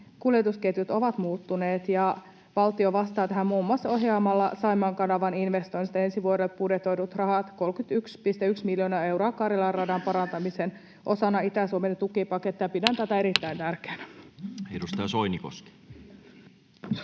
kuljetusketjut ovat muuttuneet, ja valtio vastaa tähän muun muassa ohjaamalla Saimaan kanavan investoinneista ensi vuodelle budjetoidut rahat, 31,1 miljoonaa euroa, Karjalan radan parantamiseen osana Itä-Suomen tukipakettia. Pidän tätä erittäin tärkeänä. [Speech